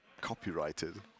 copyrighted